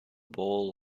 bowl